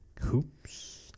Hoops